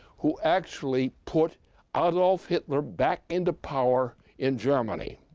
who actually put adolf hitler back into power in germany,